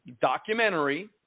documentary